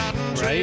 Right